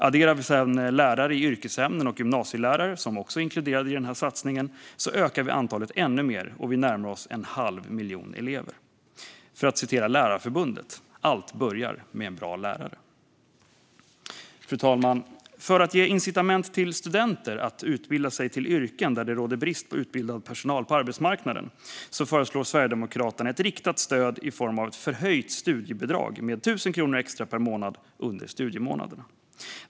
Adderar vi lärare i yrkesämnen och gymnasielärare, som är inkluderade i denna satsning, ökar antalet ännu mer, och vi närmar oss en halv miljon elever - för att citera Lärarförbundet: "Allt börjar med en bra lärare." Fru talman! För att ge incitament till studenter att utbilda sig till yrken där det råder brist på utbildad personal på arbetsmarknaden föreslår Sverigedemokraterna ett riktat stöd i form av ett förhöjt studiebidrag med 1 000 kronor extra per månad under studiemånaderna.